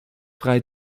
frei